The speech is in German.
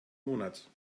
monat